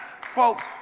Folks